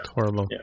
horrible